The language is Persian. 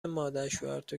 مادرشوهرتو